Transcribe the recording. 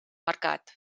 mercat